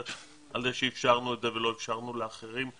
על זה שאפשרנו את זה ולא אפשרנו לאחרים.